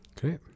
Great